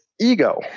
Ego